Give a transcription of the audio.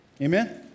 Amen